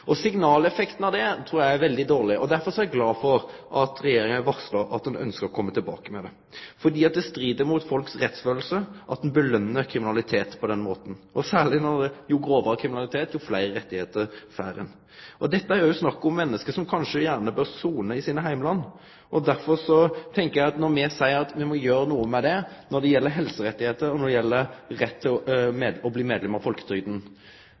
Signaleffekten av det trur eg er veldig dårleg. Derfor er eg glad for at Regjeringa har varsla at ho ønskjer å kome tilbake med det. For det strir mot folks rettskjensle at ein løner kriminalitet på den måten, og særleg når det er slik at jo grovare kriminaliteten er, jo fleire rettar får ein. Dette er jo snakk om menneske som kanskje gjerne bør sone i sine heimland. Derfor tenkjer eg at me må gjere noko med det når det gjeld helserettar, og når det gjeld rett til å bli medlem av